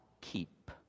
keep